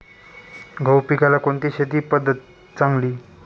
गहू पिकाला कोणती शेती पद्धत चांगली?